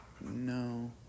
no